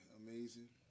amazing